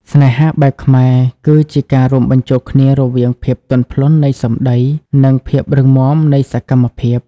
ស្នេហាបែបខ្មែរគឺជាការរួមបញ្ចូលគ្នារវាង ភាពទន់ភ្លន់នៃសម្តី និង ភាពរឹងមាំនៃសកម្មភាព។